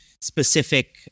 specific